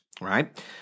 right